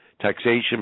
taxation